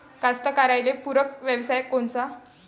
कास्तकाराइले पूरक व्यवसाय कोनचा?